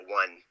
one